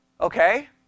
Okay